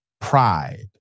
pride